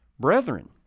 Brethren